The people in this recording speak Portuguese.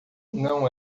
não